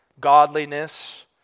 godliness